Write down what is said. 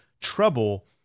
trouble